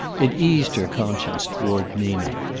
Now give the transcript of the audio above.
it eased her conscience toward nina.